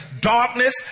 Darkness